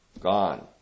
Gone